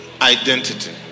Identity